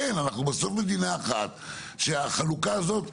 כן אנחנו בסוף מדינה אחת שהחלוקה הזאת,